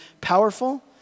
powerful